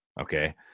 Okay